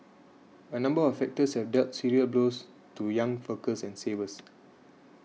a number of factors have dealt serious blows to young workers and savers